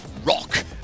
Rock